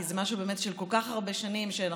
כי זה כל כך הרבה שנים אנחנו